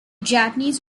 japanese